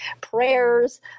prayers